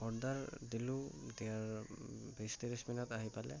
order দিলোঁ দিয়াৰ বিছ ত্ৰিছ মিনিটত আহি পালে